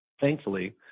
Thankfully